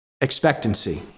expectancy